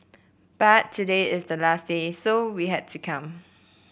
but today is the last day so we had to come